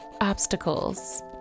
obstacles